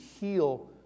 heal